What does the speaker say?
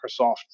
Microsoft